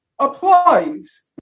applies